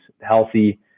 healthy